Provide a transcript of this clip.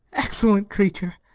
excellent creature!